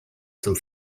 zum